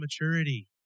maturity